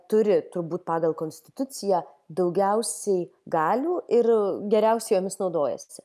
turi turbūt pagal konstituciją daugiausiai galių ir geriausiai jomis naudojasi